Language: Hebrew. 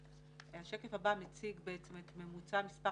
השקף הבא מציג בעצם את ממוצע מספר